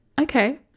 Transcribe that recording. okay